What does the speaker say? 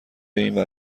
اینور